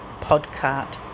podcast